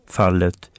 fallet